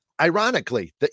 ironically